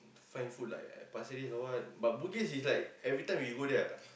find food like at pasir-ris or what but bugis is like every time we go there ah